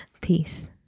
Peace